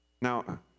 Now